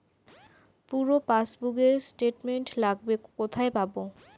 পুরো পাসবুকের স্টেটমেন্ট লাগবে কোথায় পাব?